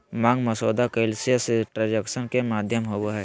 मांग मसौदा cashless transaction के माध्यम होबो हइ